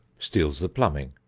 steals the plumbing,